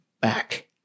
back